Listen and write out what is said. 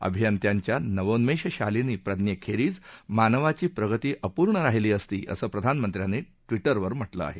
अभियंत्यांच्या नवोन्मेष शालिनी प्रज्ञेखेरिज मानवाची प्रगती अपूर्ण राहिली असती असं प्रधानमंत्र्यांनी ट्विटरवर म्हटलं आहे